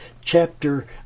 chapter